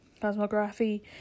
cosmography